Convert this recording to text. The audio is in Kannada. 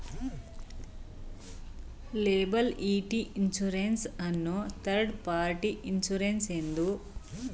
ಲೇಬಲ್ಇಟಿ ಇನ್ಸೂರೆನ್ಸ್ ಅನ್ನು ಥರ್ಡ್ ಪಾರ್ಟಿ ಇನ್ಸುರೆನ್ಸ್ ಎಂದು ಕರೆಯುತ್ತಾರೆ